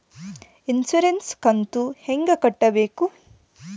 Insurance ಕಂತು ಹೆಂಗ ಕಟ್ಟಬೇಕು?